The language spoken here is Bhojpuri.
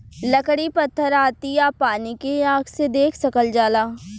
लकड़ी पत्थर आती आ पानी के आँख से देख सकल जाला